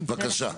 בבקשה.